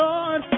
Lord